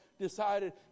decided